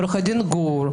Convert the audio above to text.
עורך דין גור,